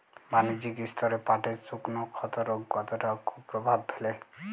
বাণিজ্যিক স্তরে পাটের শুকনো ক্ষতরোগ কতটা কুপ্রভাব ফেলে?